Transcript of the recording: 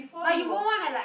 but you won't wanna like